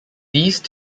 these